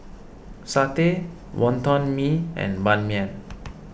Satay Wonton Mee and Ban Mian